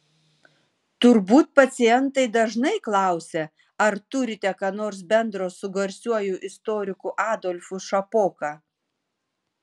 turbūt pacientai dažnai klausia ar turite ką nors bendro su garsiuoju istoriku adolfu šapoka